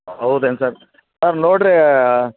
ಹೌದೇನು sir sir ನೋಡಿರೆ